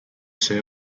sale